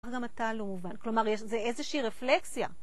גם אתה לא מובן. כלומר, זה איזושהי רפלקסיה.